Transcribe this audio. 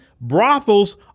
brothels